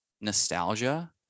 nostalgia